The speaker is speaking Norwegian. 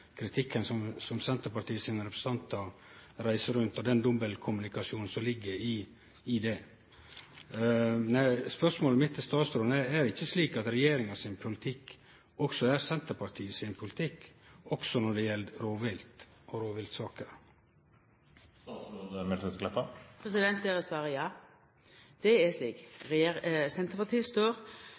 kritikken som Senterpartiets representantar reiser rundt med, og den dobbeltkommunikasjonen som ligg i det. Spørsmålet mitt til statsråden er: Er det ikkje slik at regjeringas politikk er Senterpartiets politikk også når det gjeld rovvilt og rovviltsaker? Der er svaret ja – det er slik. Senterpartiet står